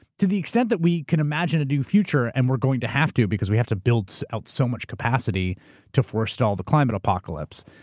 to the extent that we can imagine a new future. and we're going to have to, because we have to build out so much capacity to forestall the climate apocalypse.